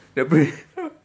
the